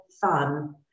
fun